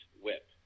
whip